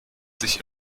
sich